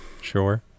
Sure